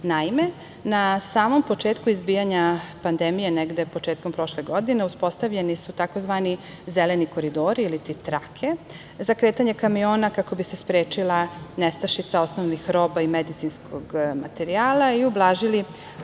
na samom početku izbijanja pandemije negde početkom prošle godine uspostavljeni su tzv. zeleni koridori ili ti trake za kretanje kamiona kako bi se sprečila nestašica osnovnih roba i medicinskog materijala i ublažili